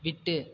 விட்டு